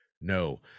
No